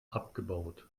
abgebaut